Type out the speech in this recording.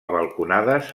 balconades